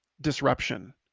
disruption